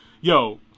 Yo